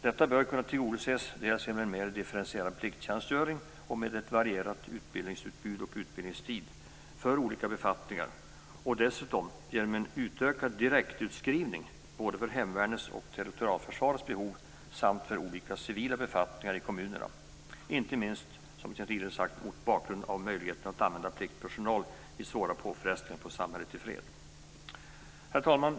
Detta bör kunna tillgodoses dels genom en mer differentierad plikttjänstgöring och genom ett varierat utbildningsutbud med skiftande utbildningstider för olika befattningar, dels genom en utökad direktutskrivning både för hemvärnets och territorialförsvarets behov samt för olika civila befattningar i kommunerna. Detta gäller inte minst, som tidigare sagts, mot bakgrund av möjligheten att använda pliktpersonal vid svåra påfrestningar på samhället i fred. Herr talman!